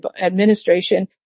administration